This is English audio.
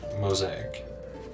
mosaic